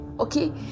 okay